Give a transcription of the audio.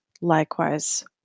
likewise